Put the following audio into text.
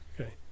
okay